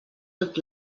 tot